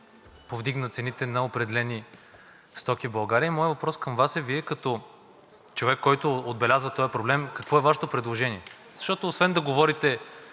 повдигнаха цените на определени стоки в България. Моят въпрос към Вас е: Вие като човек, който отбелязва този проблем, какво е Вашето предложение? Освен да говорите